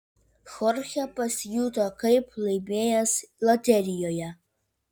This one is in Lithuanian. chorchė pasijuto kaip laimėjęs loterijoje